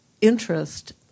interest